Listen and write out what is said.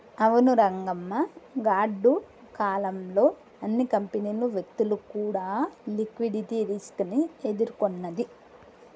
అవును రంగమ్మ గాడ్డు కాలం లో అన్ని కంపెనీలు వ్యక్తులు కూడా లిక్విడిటీ రిస్క్ ని ఎదుర్కొన్నది